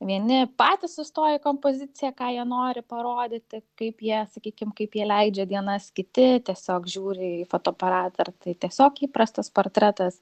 vieni patys sustoja į kompoziciją ką jie nori parodyti kaip jie sakykim kaip jie leidžia dienas kiti tiesiog žiūri į fotoaparatą ar tai tiesiog įprastas portretas